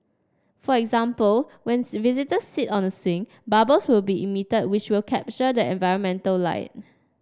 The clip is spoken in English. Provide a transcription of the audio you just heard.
for example when visitor sit on the swing bubbles will be emitted which will capture the environmental light